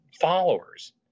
followers